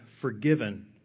forgiven